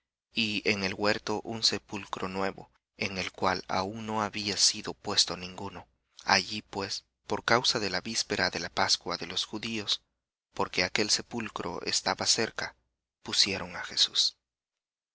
y en el huerto un sepulcro nuevo en el cual aun no había sido puesto ninguno allí pues por causa de la víspera de los judíos porque aquel sepulcro estaba cerca pusieron á jesús